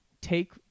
take